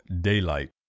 daylight